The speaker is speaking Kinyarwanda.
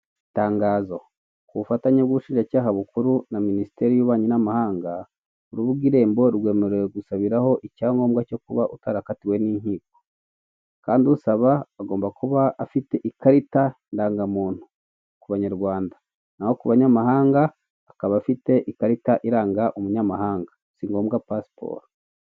Itangazo, ku bufatanye bw'ubushinjacyaha bukuru na Minisiteri y'Ububanyi n'Amahanga, urubuga Irembo rwemerewe gusabiraho icyangombwa cyo kuba utarakatiwe n'inkiko. Kandi usaba agomba kuba afite ikarita ndangamuntu. Ku banyarwanda. Naho ku banyamahanga, akaba afite ikarita iranga umunyamahanga. Si ngombwa pasiporo.